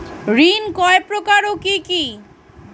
ঋণ কয় প্রকার ও কি কি?